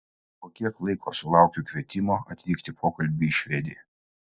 po kiek laiko sulaukiau kvietimo atvykti pokalbiui į švediją